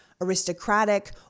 aristocratic